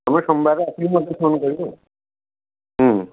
ତମେ ସୋମବାର ଆସିକି ମୋତେ ଫୋନ୍ କରିବ ହୁଁ